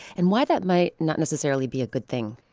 and why that might not necessarily be a good thing?